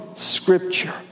Scripture